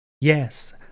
Yes